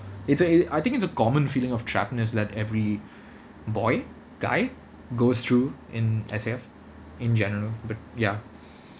it's uh a I think it's a common feeling of trapness that every boy guy goes through in S_A_F in general but ya